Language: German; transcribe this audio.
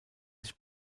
sich